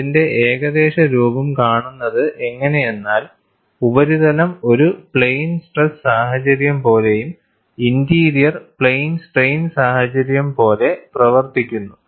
അതിന്റെ ഏകദേശ രൂപം കാണുന്നത് എങ്ങനെയെന്നാൽ ഉപരിതലം ഒരു പ്ലെയിൻ സ്ട്രെസ് സാഹചര്യം പോലെയും ഇന്റീരിയർ പ്ലെയിൻ സ്ട്രെയിൻ സാഹചര്യം പോലെ പ്രവർത്തിക്കുന്നു